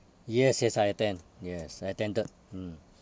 yes yes I attend yes I attended mm